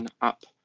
up